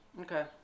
Okay